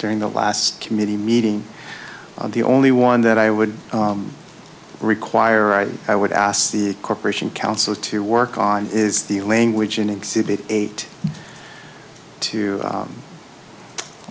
during the last committee meeting the only one that i would require i would ask the corporation counsel to work on is the language in exhibit eight to